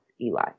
Eli